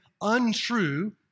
untrue